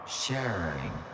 sharing